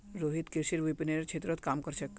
रोहित कृषि विपणनेर क्षेत्रत काम कर छेक